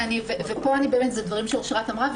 וזה מה שאשרת אמרה.